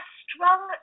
strong